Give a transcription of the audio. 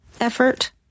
effort